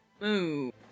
move